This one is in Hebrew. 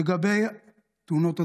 לגבי תאונות הדרכים,